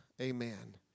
amen